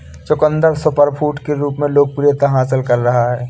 चुकंदर सुपरफूड के रूप में लोकप्रियता हासिल कर रहा है